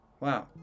Wow